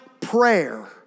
prayer